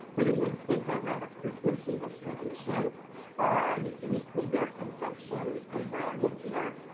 but, in this case, i ran a frequency distribution on weekly beer consumption and brand of beer.